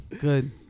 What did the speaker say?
Good